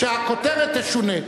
שהכותרת תשונה.